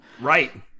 Right